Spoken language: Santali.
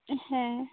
ᱦᱮᱸ